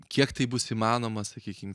kiek tai bus įmanoma sakykim